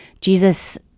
Jesus